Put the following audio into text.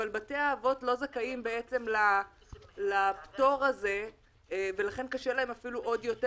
אבל בתי האבות לא זכאים לפטור הזה ולכן קשה להם אפילו עוד יותר,